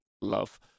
Love